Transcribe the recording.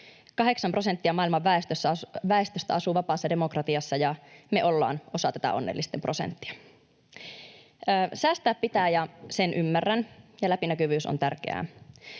prosenttia maailman väestöstä asuu vapaassa demokratiassa, ja me ollaan osa tätä onnellisten prosenttia. Säästää pitää, ja sen ymmärrän, ja läpinäkyvyys on tärkeää,